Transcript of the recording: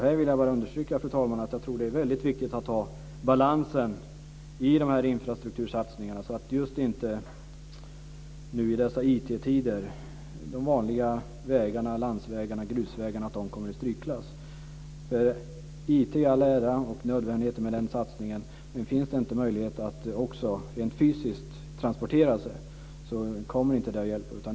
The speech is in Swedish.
Här vill jag bara understryka, fru talman, att jag tror att det är väldigt viktigt att ha en balans i infrastruktursatsningarna så att inte, i dessa IT-tider, de vanliga vägarna, landsvägarna och grusvägarna kommer i strykklass. IT och nödvändigheten i den satsningen i alla ära, men finns det inte också möjlighet att rent fysiskt transportera sig kommer inte det att hjälpa.